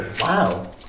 Wow